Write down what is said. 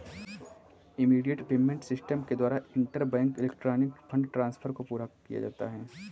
immediate payment system के द्वारा interbank electronic fund transfer को पूरा किया जाता है